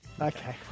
Okay